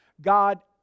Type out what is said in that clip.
God